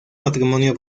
matrimonio